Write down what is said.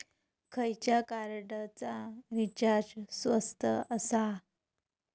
खयच्या कार्डचा रिचार्ज स्वस्त आसा?